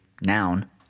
noun